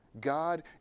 God